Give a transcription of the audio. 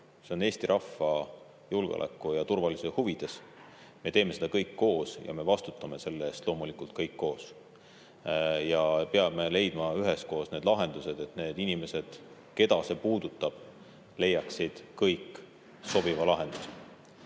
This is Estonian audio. See on Eesti rahva julgeoleku ja turvalisuse huvides. Me teeme seda kõik koos ja me vastutame selle eest loomulikult kõik koos. Ja peame leidma üheskoos need lahendused, et need inimesed, keda see puudutab, leiaksid kõik sobiva lahenduse.